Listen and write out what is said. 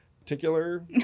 particular